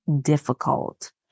difficult